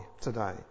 today